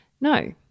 No